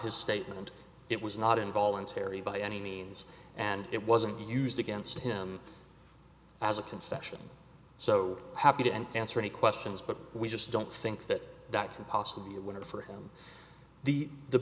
his statement it was not involuntary by any means and it wasn't used against him as a concession so happy to answer any questions but we just don't think that that possible winners for the the